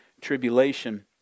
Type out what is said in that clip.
tribulation